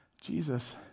Jesus